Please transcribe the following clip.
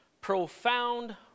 profound